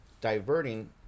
diverting